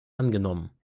angenommen